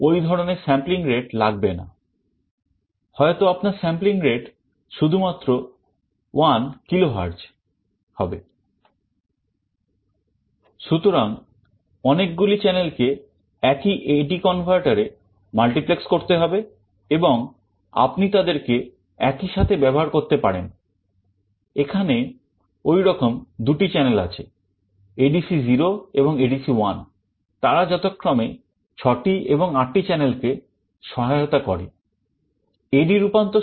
AD রূপান্তর সম্পূর্ণ হওয়ার পরে একটি interrupt signal উৎপন্ন হয়